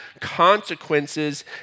consequences